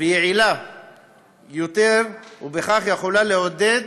ויעילה יותר, וכך יכולה לעודד